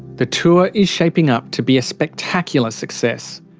the tour is shaping up to be a spectacular success.